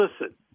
listen